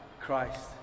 Christ